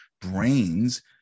brains